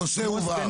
הנושא הובהר.